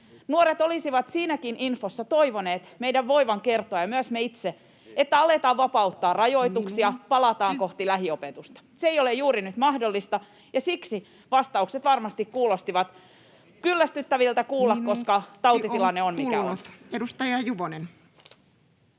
Nuoret olisivat siinäkin infossa toivoneet meidän voivan kertoa, ja myös me itse, että aletaan vapauttaa rajoituksia, [Puhemies: Minuutti!] palataan kohti lähiopetusta. Se ei ole juuri nyt mahdollista, ja siksi vastaukset varmasti kuulostivat kyllästyttäviltä kuulla, koska tautitilanne on, mikä on. [Sheikki Laakso: